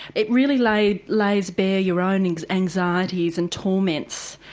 it really like lays bare your own and anxieties and torments.